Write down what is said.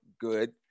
good